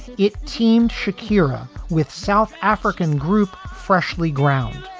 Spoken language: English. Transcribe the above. it teamed shakira with south african group freshlyground,